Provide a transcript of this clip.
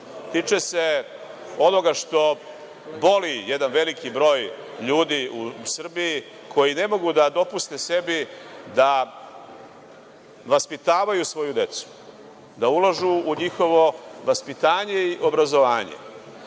Tiče se onoga što boli veliki broj ljudi u Srbiji koji ne mogu da dopuste sebi da vaspitavaju svoju decu, da ulažu u njihovo vaspitanje i obrazovanje,